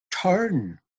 turn